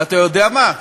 ואתה יודע מה,